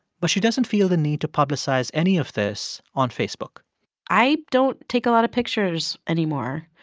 but she doesn't feel the need to publicize any of this on facebook i don't take a lot of pictures anymore.